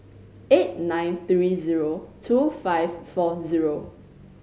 eight nine three zero two five four zero